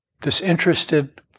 Disinterested